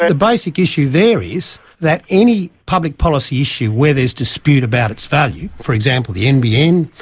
ah the basic issue there is that any public policy issue where there's dispute about its value, for example the nbn,